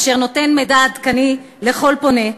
אשר נותן מידע עדכני לכל פונה.